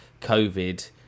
COVID